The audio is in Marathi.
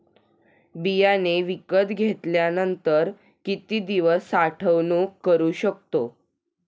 बियाणे विकत घेतल्यानंतर किती दिवस साठवणूक करू शकतो?